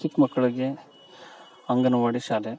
ಚಿಕ್ಕ ಮಕ್ಕಳಿಗೆ ಅಂಗನವಾಡಿ ಶಾಲೆ